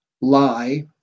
lie